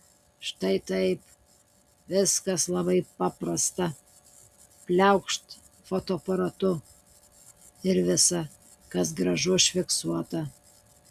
štai taip viskas labai paprasta pliaukšt fotoaparatu ir visa kas gražu užfiksuota